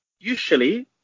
usually